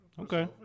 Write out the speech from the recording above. okay